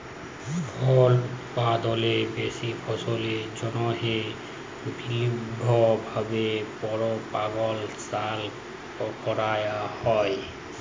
ফল উৎপাদলের বেশি ফললের জ্যনহে বিভিল্ল্য ভাবে পরপাগাশল ক্যরা হ্যয়